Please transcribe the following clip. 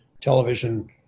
television